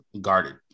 guarded